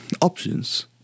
options